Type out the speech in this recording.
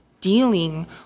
dealing